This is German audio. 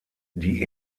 die